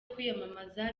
kwiyamamaza